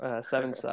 seven